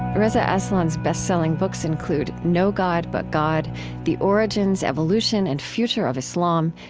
reza aslan's best selling books include no god but god the origins, evolution, and future of islam,